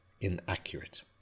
inaccurate